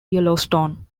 yellowstone